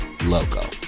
logo